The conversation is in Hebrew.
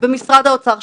במשרד האוצר,